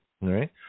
right